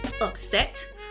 upset